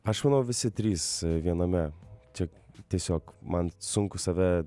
aš manau visi trys viename čia tiesiog man sunku save